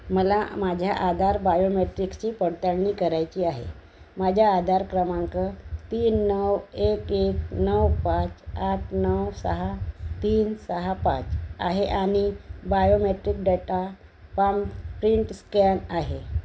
मला माझ्या आधार बायोमेट्रिक्सची पडतळणी करायची आहे माझ्या आधार क्रमांक तीन नऊ एक एक नऊ पाच आठ नऊ सहा तीन सहा पाच आहे आणि biometric data palm print scan आहे